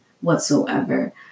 whatsoever